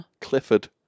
Clifford